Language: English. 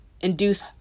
induce